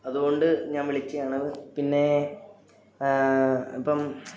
അതുകൊണ്ട് ഞാൻ വിളിച്ചതാണ് പിന്നെ ഇപ്പം